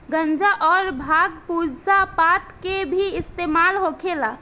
गांजा अउर भांग पूजा पाठ मे भी इस्तेमाल होखेला